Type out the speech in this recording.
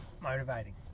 motivating